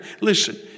Listen